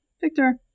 Victor